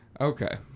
Okay